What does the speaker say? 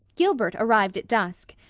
gilbert arrived at dusk,